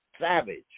Savage